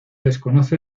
desconoce